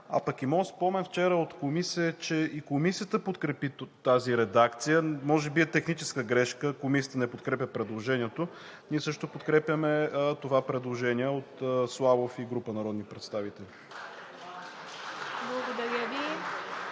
а пък и моят спомен вчера от Комисията е, че и Комисията подкрепи тази редакция. Може би е техническа грешка – Комисията не подкрепя предложението. Ние също подкрепяме това предложение от Славов и група народни представители. (Ръкопляскания.)